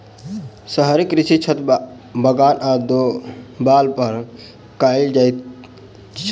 शहरी कृषि छत, बगान आ देबाल पर कयल जाइत छै